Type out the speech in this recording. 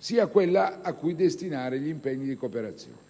sia quella da destinare agli impegni di cooperazione.